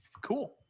cool